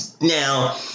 Now